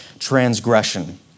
Transgression